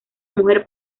mujer